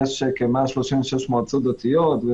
יש כ-136 מועצות דתיות,